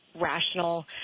rational